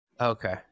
Okay